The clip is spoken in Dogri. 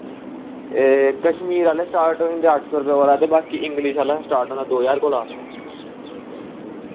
एह् कश्मीर आह्ले स्टार्ट होई अट्ठ सौ रपे कोला ते बाकी इंग्लिश आह्ला स्टार्ट होंदा दो ज्हार कोला